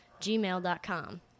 gmail.com